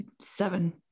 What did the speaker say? seven